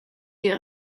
die